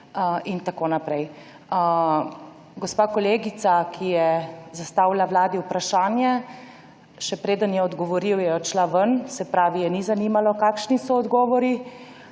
in tako naprej. Gospa kolegica, ki je zastavila vladi vprašanje, še preden je odgovoril, je odšla ven, se pravi, je ni zanimalo, kakšni so odgovori.